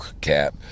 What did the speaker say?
Cap